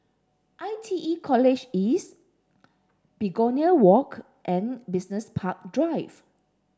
I T E College East Begonia Walk and Business Park Drive